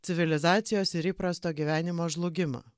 civilizacijos ir įprasto gyvenimo žlugimą